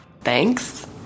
Thanks